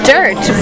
Dirt*